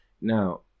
now